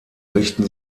richten